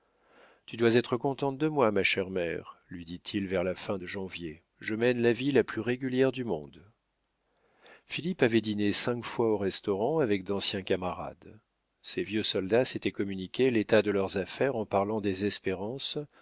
tu dois être contente de moi ma chère mère lui dit-il vers la fin de janvier je mène la vie la plus régulière du monde philippe avait dîné cinq fois au restaurant avec d'anciens camarades ces vieux soldats s'étaient communiqué l'état de leurs affaires en parlant des espérances